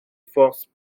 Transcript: force